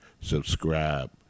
subscribe